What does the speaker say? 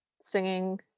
singing